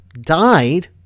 died